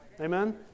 amen